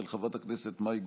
של חברת הכנסת מאי גולן,